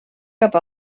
cap